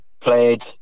played